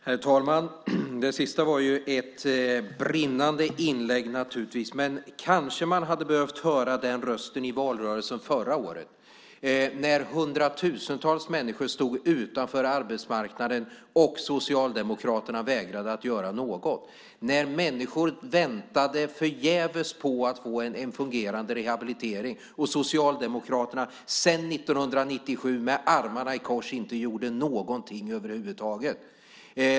Herr talman! Det sista var naturligtvis ett brinnande inlägg. Man kanske hade behövt höra den rösten i valrörelsen förra året när hundratusentals människor stod utanför arbetsmarknaden och Socialdemokraterna vägrade att göra något. Människor väntade förgäves på att få en fungerande rehabilitering och Socialdemokraterna sedan 1997, med armarna i kors, gjorde inte någonting över huvud taget.